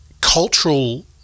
cultural